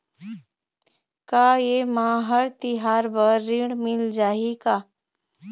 का ये मा हर तिहार बर ऋण मिल जाही का?